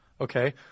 okay